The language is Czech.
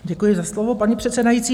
Děkuji za slovo, paní předsedající.